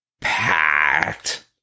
packed